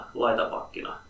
laitapakkina